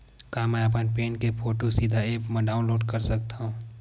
का मैं अपन पैन के फोटू सीधा ऐप मा अपलोड कर सकथव?